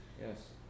yes